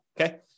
Okay